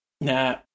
Nah